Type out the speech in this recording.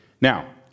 Now